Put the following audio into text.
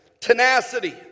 tenacity